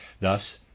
Thus